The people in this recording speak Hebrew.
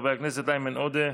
חברי הכנסת איימן עודה,